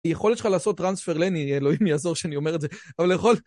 יכולת שלך לעשות טרנספר לני, אלוהים יעזור שאני אומר את זה, אבל לכל...